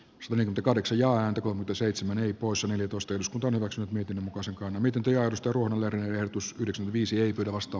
suomen kahdeksan ja on jo seitsemännen osan eli kosteus on omaksunut miten osakkaana miten kirjoitus turun harjoitus yhdeksän viisi vetovastuu